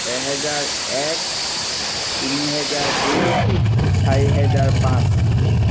এহেজাৰ এক তিনি হেজাৰ দুই চাৰি হেজাৰ পাঁচ